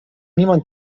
niemand